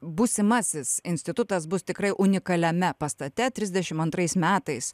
būsimasis institutas bus tikrai unikaliame pastate trisdešimt antrais metais